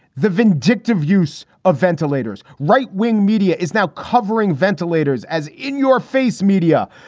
the vindictive use of ventilators, right wing media is now covering ventilators, as in your face media.